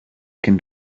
can